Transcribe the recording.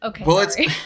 okay